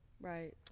Right